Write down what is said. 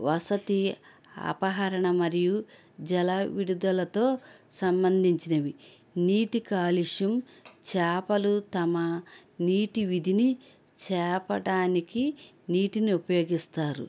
వసతి అపహరణ మరియు జల విడుదలతో సంబంధించినవి నీటి కాలుష్యం చేపలు తమ నీటి విధిని చేపటానికి నీటిని ఉపయోగిస్తారు